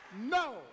No